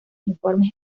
informes